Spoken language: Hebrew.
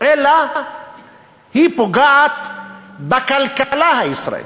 אלא היא פוגעת בכלכלה הישראלית,